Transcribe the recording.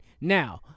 Now